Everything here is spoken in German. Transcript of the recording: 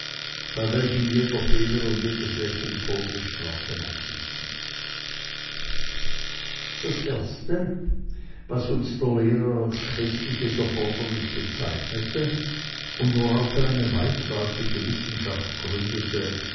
bei welchem jeder fehler und jedes lächeln todesstrafe nach sich zieht das erste was uns der lehrer als christliches erfordernis bezeichnete und worauf er eine weitläufige wissenschaft gründete